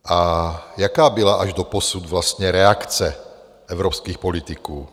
A jaká byla až doposud vlastně reakce evropských politiků?